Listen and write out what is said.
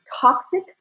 toxic